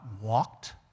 walked